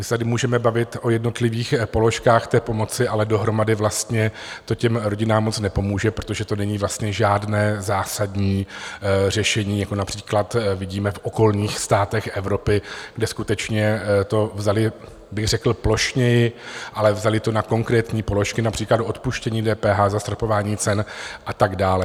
My se tady můžeme bavit o jednotlivých položkách pomoci, ale dohromady vlastně to těm rodinám moc nepomůže, protože to není vlastně žádné zásadní řešení, jako například vidíme v okolních státech Evropy, kde skutečně to vzali bych řekl plošněji, ale vzali na konkrétní položky, například odpuštění DPH, zastropování cen a tak dále.